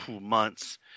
months